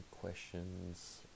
questions